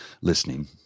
listening